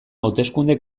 hauteskunde